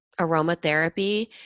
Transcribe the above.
aromatherapy